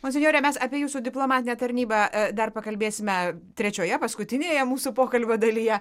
monsinjore mes apie jūsų diplomatinę tarnybą dar pakalbėsime trečioje paskutinėje mūsų pokalbio dalyje